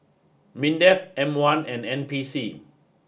MINDEF M one and N P C